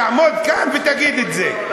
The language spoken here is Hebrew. תעמוד כאן ותגיד את זה.